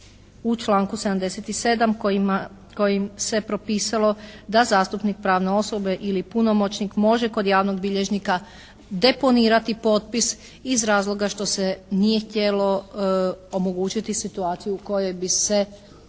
u članku 77. kojima, kojim se propisalo da zastupnik pravne osobe ili punomoćnik može kod javnog bilježnika deponirati potpis iz razloga što se nije htjelo omogućiti situaciju u kojoj bi se pojedini